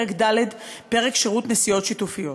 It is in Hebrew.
פרק ד' פרק שירות נסיעות שיתופיות: